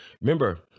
remember